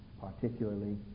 particularly